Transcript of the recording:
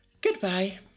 Goodbye